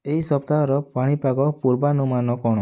ଏହି ସପ୍ତାହର ପାଣିପାଗ ପୂର୍ବାନୁମାନ କ'ଣ